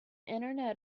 internet